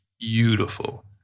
beautiful